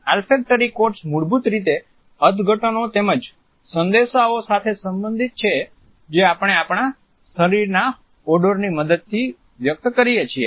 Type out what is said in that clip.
olfactory codes મૂળભૂત રીતે અર્થઘટનો તેમજ સંદેશાઓ સાથે સંબંધિત છે જે આપણે આપણાં શરીરના ઓડોરની મદદથી વ્યક્ત કરીએ છીએ